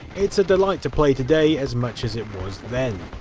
it's a delight to play today as much as it was then.